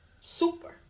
super